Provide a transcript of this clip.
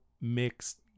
mixed